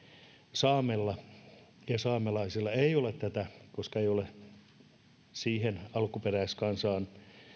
saamelaisilla ei ole tätä koska ei ole sitä alkuperäiskansoilla